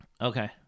Okay